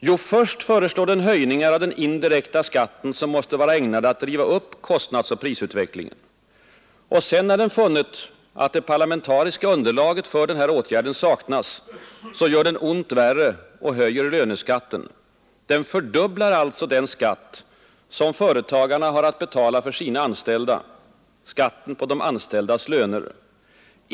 Jo, först föreslår den höjningar av den indirekta skatten, som måste vara ägnade att driva upp kostnadsoch prisutvecklingen. Och sedan, när den funnit att det parlamentariska underlaget för åtgärden saknas, gör den ont värre och höjer löneskatten. Den fördubblar alltså den skatt som företagarna har att betala för sina anställda — skatten på de anställdas löner.